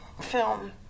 film